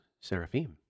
seraphim